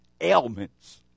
ailments